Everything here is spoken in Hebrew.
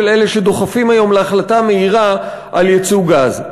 אלה שדוחפים היום להחלטה מהירה על ייצוא גז.